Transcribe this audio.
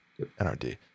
nrd